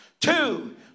two